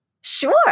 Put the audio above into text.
Sure